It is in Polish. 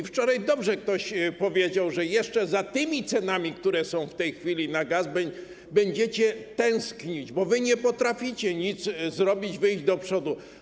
Wczoraj dobrze ktoś powiedział, że jeszcze za tymi cenami, które są w tej chwili na gaz, będziecie tęsknić, bo nie potraficie nic zrobić, wyjść do przodu.